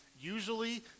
usually